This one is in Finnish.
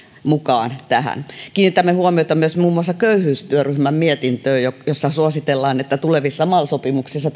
mukaan tähän kiinnitämme huomiota myös muun muassa köyhyystyöryhmän mietintöön jossa suositellaan että tulevissa mal sopimuksissa